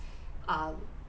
err